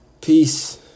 peace